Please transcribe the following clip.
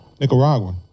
Nicaragua